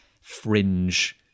fringe